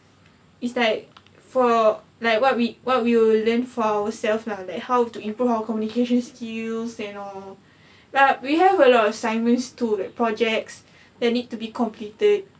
it's like for like what we what we will learn for ourselves lah like how to improve our communication skills that all but we have a long assignments to the projects that need to be completed